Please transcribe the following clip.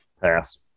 Pass